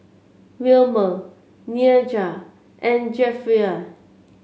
Wilmer Nyah and Jefferey